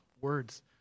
words